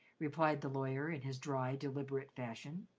replied the lawyer in his dry, deliberate fashion.